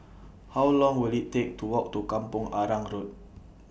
How Long Will IT Take to Walk to Kampong Arang Road